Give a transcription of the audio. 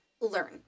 learn